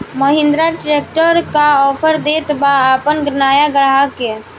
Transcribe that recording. Mahindra tractor का offer देत बा अपना नया ग्राहक के?